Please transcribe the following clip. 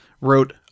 wrote